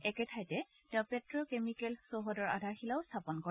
একেঠাইতে তেওঁ petrochemical চৌহদৰ আধাৰশিলা স্থাপন কৰে